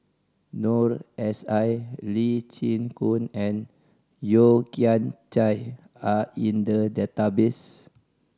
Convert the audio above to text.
Noor S I Lee Chin Koon and Yeo Kian Chye are in the database